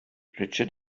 richard